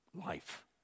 life